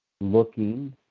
Looking